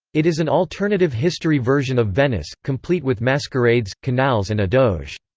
it is an alternative-history version of venice, complete with masquerades, canals and a doge.